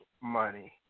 money